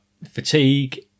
fatigue